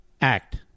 act